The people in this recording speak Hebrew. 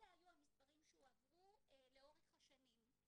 אלה היו המספרים שהועברו לאורך השנים.